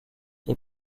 est